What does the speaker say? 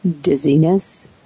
dizziness